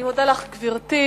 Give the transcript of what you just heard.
אני מודה לך, גברתי.